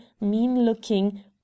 mean-looking